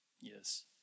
Yes